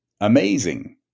amazing